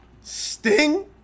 Sting